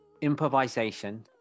improvisation